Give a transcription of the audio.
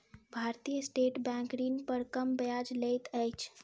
भारतीय state bank ऋण पर कम ब्याज लैत अछि